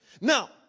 Now